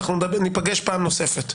אנחנו ניפגש פעם נוספת.